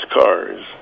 cars